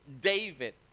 David